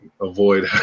avoid